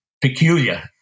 peculiar